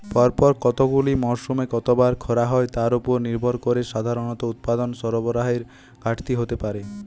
পরপর কতগুলি মরসুমে কতবার খরা হয় তার উপর নির্ভর করে সাধারণত উৎপাদন সরবরাহের ঘাটতি হতে পারে